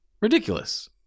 ridiculous